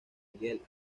miguel